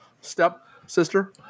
stepsister